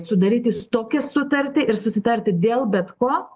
sudarytis tokią sutartį ir susitarti dėl bet ko